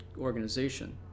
organization